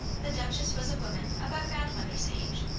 the duchess was a woman about godmother's age,